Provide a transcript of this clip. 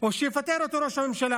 או שיפטר אותו ראש הממשלה.